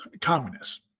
communists